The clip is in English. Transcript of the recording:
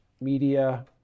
media